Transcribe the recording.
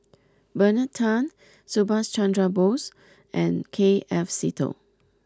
Bernard Tan Subhas Chandra Bose and K F Seetoh